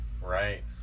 Right